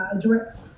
direct